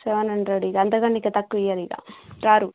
seven hundred ఇక అంతకన్న ఇక తక్కువ ఇయ్యరిక రారు